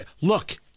Look